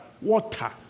water